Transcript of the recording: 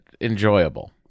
enjoyable